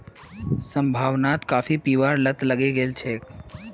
संभावनाक काफी पीबार लत लगे गेल छेक